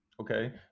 Okay